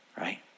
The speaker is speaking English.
right